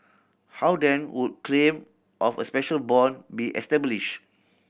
how then would claim of a special bond be established